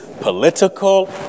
political